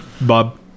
Bob